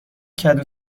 کدو